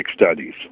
studies